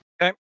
Okay